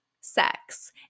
sex